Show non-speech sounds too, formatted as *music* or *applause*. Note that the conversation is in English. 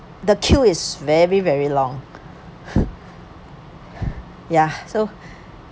the queue is very very long *breath* yeah so